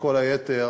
וכל היתר